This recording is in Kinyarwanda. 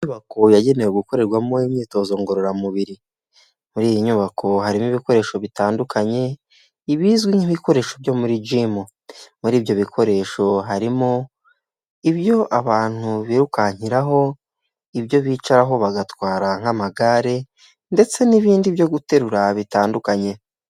Inyubako yagenewe gukorerwamo imyitozo ngororamubiri, muri iyi nyubako harimo ibikoresho bitandukanye ibizwi nk'ibikoresho byo muri gimu, muri ibyo bikoresho harimo ibyo abantu birukankiraho, ibyo bicaraho bagatwara nk'amagare ndetse n'ibindi byo guterura bitandukanye.